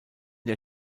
der